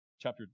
chapter